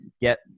get